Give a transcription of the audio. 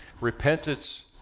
repentance